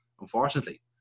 unfortunately